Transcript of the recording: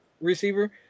receiver